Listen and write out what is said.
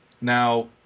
Now